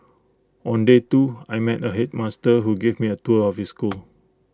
on day two I met A headmaster who gave me A tour of his school